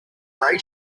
gray